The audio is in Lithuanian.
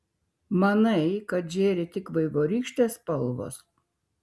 manai kad žėri tik vaivorykštės spalvos